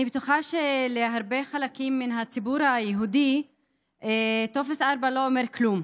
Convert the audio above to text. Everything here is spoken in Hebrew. אני בטוחה שלהרבה חלקים מן הציבור היהודי טופס 4 לא אומר כלום,